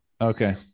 okay